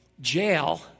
jail